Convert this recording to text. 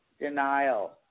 denial